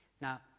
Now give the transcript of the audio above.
Now